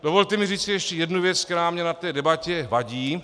Dovolte mi říci ještě jednu věc, která mně na té debatě vadí.